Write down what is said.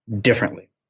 differently